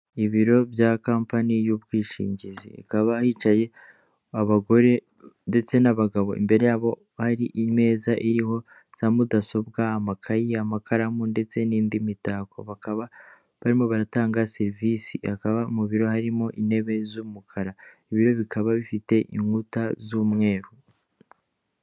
Ibiro bya kompani y'ubwishingizi hakaba hicaye abagore ndetse n'abagabo, imbere yabo hari imeza iriho za mudasobwa amakayi n'amakaramu ndetse n'indi mitako, bakaba barimo baranatanga serivisi ikaba mu biro harimo intebe z'umukara, ibiro bikaba bifite inkuta z'umweru.